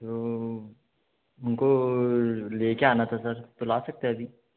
तो उनको लेके आना था सर तो ला सकते है अभी